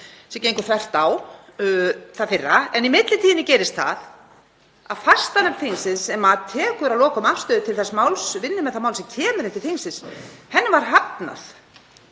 sem gengur þvert á það fyrra. En í millitíðinni gerist það að beiðni fastanefndar þingsins, sem tekur að lokum afstöðu til þess máls og vinnur með það mál sem kemur inn til þingsins, var hafnað.